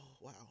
wow